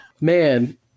Man